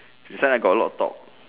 this one I got a lot talk